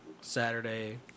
Saturday